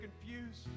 confused